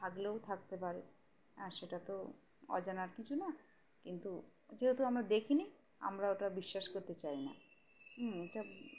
থাকলেও থাকতে পারে হ্যাঁ সেটা তো অজানার কিছু না কিন্তু যেহেতু আমরা দেখিনি আমরা ওটা বিশ্বাস করতে চাই না হুম এটা